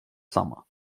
summer